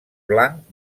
blanc